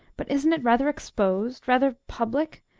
but isn't it rather exposed, rather public?